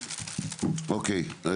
אוקיי.